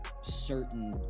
certain